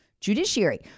judiciary